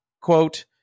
Quote